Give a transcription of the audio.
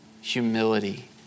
humility